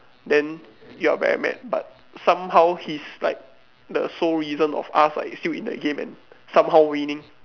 then you're very mad but somehow he's like the sole reason of us like still in the game and somehow winning